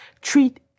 Treat